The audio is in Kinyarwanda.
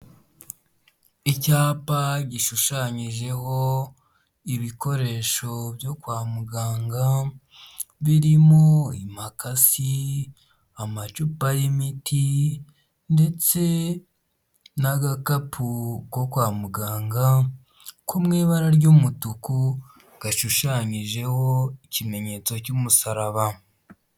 Icyapa gishushanyijeho ibikoresho byo kwa muganga birimo imakasi, amacupa y'imiti ndetse n'agakapu ko kwa muganga ko mu ibara ry'umutuku gashushanyijeho ikimenyetso cy'umusaraba.